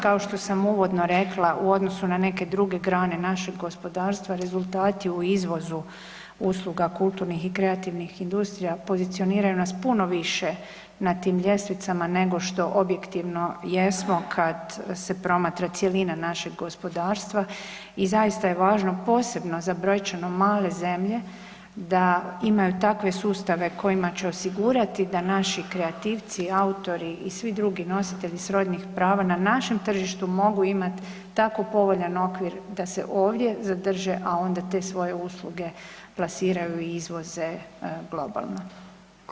Kao što sam uvodno rekla u odnosu na neke druge grane našeg gospodarstva rezultati u izvozu usluga kulturnih i kreativnih industrija pozicioniraju nas puno više na tim ljestvicama nego što objektivno jesmo kad se promatra cjelina našeg gospodarstva i zaista je važno posebno za brojčano male zemlje da imaju takve sustave kojima će osigurati da naši kreativci, autori i svi drugi nositelji srodnih prava na našem tržištu mogu imat tako povoljan okvir da se ovdje zadrže, a onda te svoje usluge plasiraju i izvoze globalno.